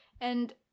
and-